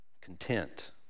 content